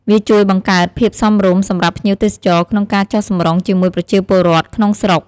វាជួយបង្កើតភាពសមរម្យសម្រាប់ភ្ញៀវទេសចរ ក្នុងការចុះសម្រុងជាមួយប្រជាពលរដ្ឋក្នុងស្រុក។